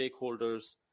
stakeholders